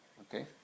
Okay